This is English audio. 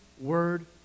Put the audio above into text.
word